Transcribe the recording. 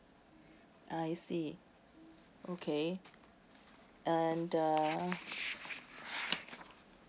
I see okay and uh